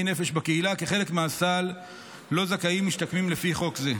נפש בקהילה כחלק מהסל שמשתקמים זכאים לו לפי חוק זה.